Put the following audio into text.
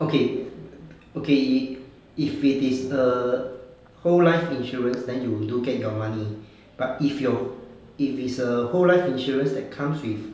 okay okay i~ if it is err whole life insurance then you do get your money but if your if it's a whole life insurance that comes with